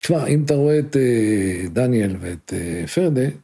תשמע, אם אתה רואה את דניאל ואת פרדה